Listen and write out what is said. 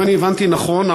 אם אני הבנתי נכון,